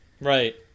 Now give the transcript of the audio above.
Right